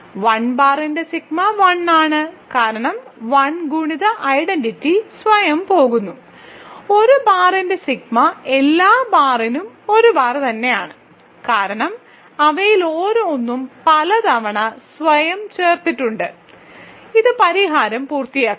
1 ബാറിന്റെ സിഗ്മ 1 ആണ് കാരണം 1 ഗുണിത ഐഡന്റിറ്റി സ്വയം പോകുന്നു ഒരു ബാറിന്റെ സിഗ്മ എല്ലാ ബാറിനും ഒരു ബാർ ആണ് കാരണം അവയിൽ ഓരോന്നും പലതവണ സ്വയം ചേർത്തിട്ടുണ്ട് ഇത് പരിഹാരം പൂർത്തിയാക്കുന്നു